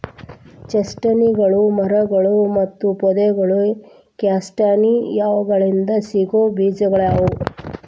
ಚೆಸ್ಟ್ನಟ್ಗಳು ಮರಗಳು ಮತ್ತು ಪೊದೆಗಳು ಕ್ಯಾಸ್ಟಾನಿಯಾಗಳಿಂದ ಸಿಗೋ ಬೇಜಗಳಗ್ಯಾವ